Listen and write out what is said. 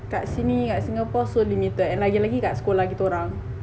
kat sini kat singapore so limited and lagi lagi kat sekolah kita orang